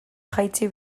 jaitsi